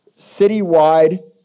citywide